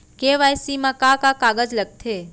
KYC मा का का कागज लगथे?